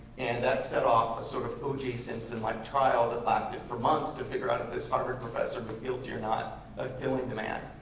and that set off a sort of oj simpson-like trial that lasted for months to figure out if this harvard professor was guilty or not of killing the man.